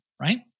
Right